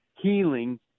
healing